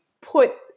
put